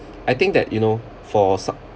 I think that you know for